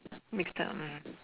mixed up mah